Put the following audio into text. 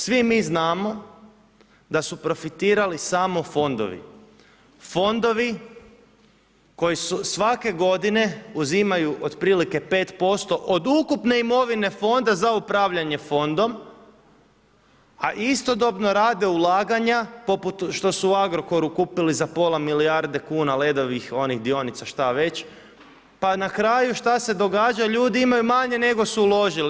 Svi mi znamo da su profitirali samo fondovi, fondovi koji su svake godine uzimaju otprilike 5% od ukupne imovine fonda za upravljanje fondom, a istodobno rade ulaganja poput što su u Agrokoru kupili za pola milijarde kuna Ledovih onih dionica, šta već pa na kraju šta se događa? ljudi imaju manje nego su uložili.